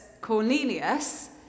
cornelius